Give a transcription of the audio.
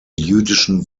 jüdischen